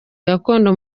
gakondo